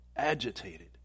agitated